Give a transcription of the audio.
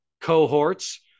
cohorts